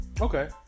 Okay